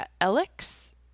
Alex